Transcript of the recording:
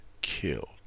killed